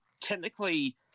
technically